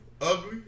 ugly